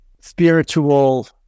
spiritual